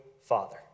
Father